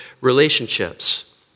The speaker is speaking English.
relationships